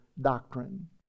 doctrine